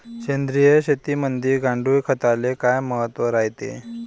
सेंद्रिय शेतीमंदी गांडूळखताले काय महत्त्व रायते?